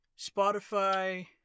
Spotify